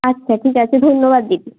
আচ্ছা ঠিক আছে ধন্যবাদ দিদি